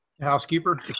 Housekeeper